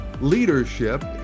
leadership